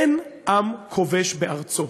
אין עם כובש בארצו.